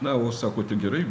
na o sako tai gerai